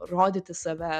rodyti save